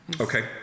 Okay